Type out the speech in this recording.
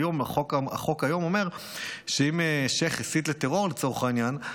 היום החוק אומר שאם שייח' הסית לטרור לצורך העניין,